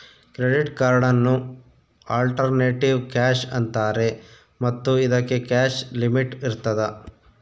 credit ಕಾರ್ಡನ್ನು alternative cash ಅಂತಾರೆ ಮತ್ತು ಇದಕ್ಕೆ ಕ್ಯಾಶ್ ಲಿಮಿಟ್ ಇರ್ತದ